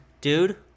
dude